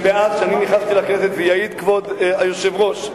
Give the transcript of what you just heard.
מאז נכנסתי לכנסת, ויעיד כבוד היושב-ראש,